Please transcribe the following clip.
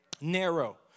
Narrow